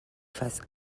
face